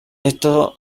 esto